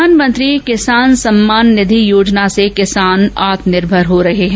प्रधानमंत्री किसान सम्मान निधि योजना से किसान आत्मनिर्भर हो रहे हैं